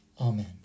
Amen